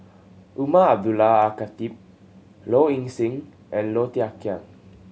Umar Abdullah Al Khatib Low Ing Sing and Low Thia Khiang